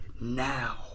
now